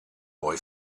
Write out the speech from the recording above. boy